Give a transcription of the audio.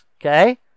Okay